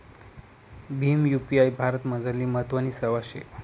Bhim UPI भारतमझारली महत्वनी सेवा शे